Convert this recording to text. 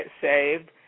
saved